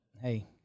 Hey